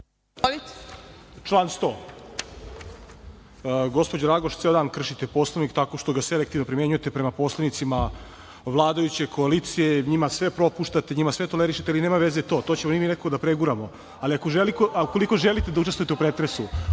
Član 100.Gospođo Raguš ceo dan kršite Poslovnik tako što ga selektivno primenjujete prema poslanicima vladajuće koalicije. Njima sve propuštate, njima sve tolerišete, ali nema veze to. To ćemo i mi nekako da preguramo. Ali, ukoliko želite da učestvujete u pretresu,